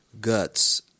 guts